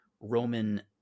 Roman